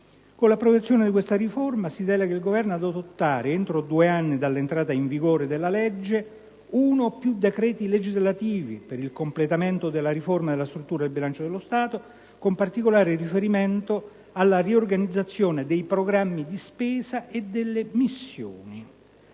Con l'approvazione di questa riforma si delega il Governo ad adottare, entro due anni dall'entrata in vigore della legge, uno o più decreti legislativi per il completamento della riforma della struttura del bilancio dello Stato, con particolare riguardo alla riorganizzazione dei programmi di spesa e delle missioni.